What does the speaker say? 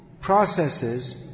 processes